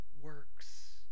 works